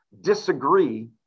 disagree